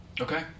Okay